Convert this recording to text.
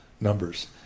numbers